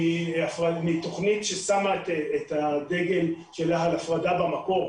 ומתוכנית ששמה את הדגל שלה על הפרדה במקור,